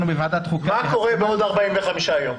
אנחנו בוועדת החוקה --- מה קורה בעוד 45 יום?